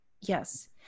yes